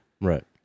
Right